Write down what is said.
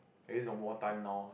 it's no more time now